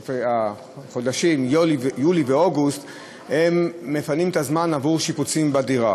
שבחודשים יולי ואוגוסט הם מפנים את הזמן עבור שיפוצים בדירה.